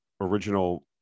original